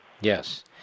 Yes